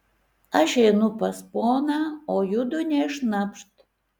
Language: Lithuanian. aš einu pas poną o judu nė šnapšt